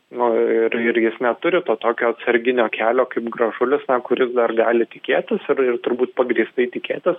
nu ir ir jis neturi to tokio atsarginio kelio kaip gražulis na kuris dar gali tikėtis ir ir turbūt pagrįstai tikėtis